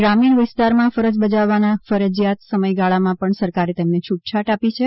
ગ્રામીણ વિસ્તાર માં ફરજ બજાવવાના ફરજિયાત સમયગાળા માં પણ સરકારે તેમને છૂટછાટ આપી છે